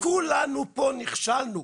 כולנו פה נכשלנו,